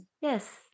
Yes